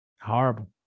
Horrible